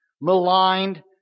maligned